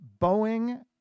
Boeing